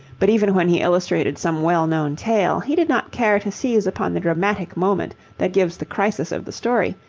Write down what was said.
but even when he illustrated some well-known tale, he did not care to seize upon the dramatic moment that gives the crisis of the story,